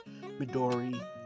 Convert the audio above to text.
Midori